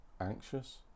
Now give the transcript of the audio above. anxious